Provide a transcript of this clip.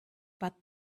but